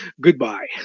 goodbye